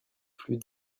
plus